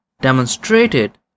demonstrated